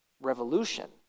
revolution